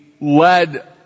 led